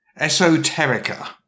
Esoterica